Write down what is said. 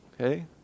Okay